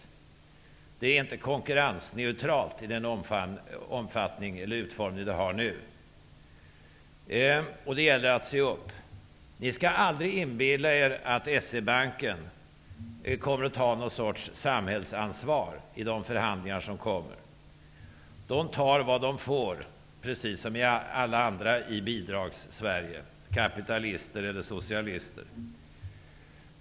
Garantin är inte konkurrensneutral i den utformning den har nu, och det gäller att se upp. Ni skall aldrig inbilla er att S-E-Banken kommer att ta någon sorts samhällsansvar i de förhandlingar som kommer! Den tar vad den får, precis som alla andra i Bidrags-Sverige, kapitalister eller socialister.